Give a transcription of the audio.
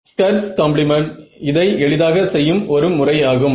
Schur's Schur's complement இதை எளிதாக செய்யும் ஒரு முறை ஆகும்